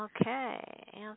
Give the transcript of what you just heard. okay